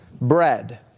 bread